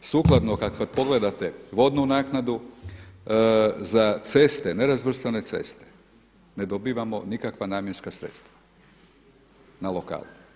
Sukladno kad pogledate vodnu naknadu, za ceste, nerazvrstane ceste ne dobivamo nikakva namjenska sredstva na lokalu.